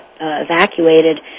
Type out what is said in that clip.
evacuated